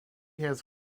has